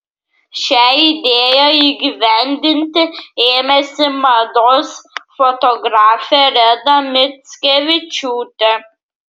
šią idėją įgyvendinti ėmėsi mados fotografė reda mickevičiūtė